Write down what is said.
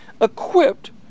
equipped